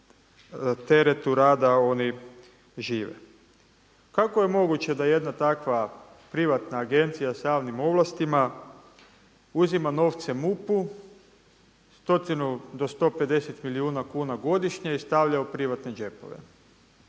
teretu rada oni žive. Kako je moguće da jedna takva privatna agencija sa javnim ovlastima uzima novce MUP-u, stotinu do 150 milijuna kuna godišnje i stavlja u privatne džepove?